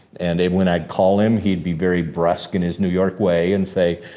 and when i'd call him, he'd be very brusque in his new york way and say,